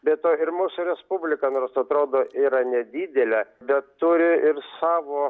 be to ir mūsų respublika nors atrodo yra nedidelė be turi ir savo